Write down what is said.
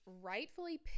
rightfully